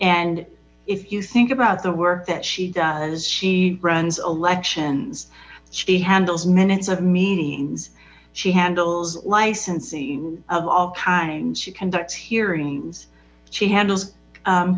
and if you think about the work that she does she runs elections she handles minutes of meetings she handles licensing of all kinds she conducts hearings she handle